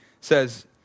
says